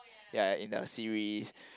ya in the series